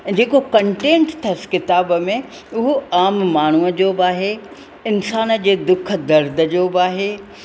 जेको कंटेंट अथसि किताब में उहो आम माण्हूअ जो बि आहे इंसान जे दुख दर्द जो बि आहे